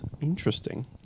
interesting